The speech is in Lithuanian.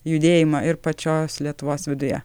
judėjimą ir pačios lietuvos viduje